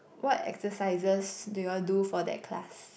what exercises do you all do for that class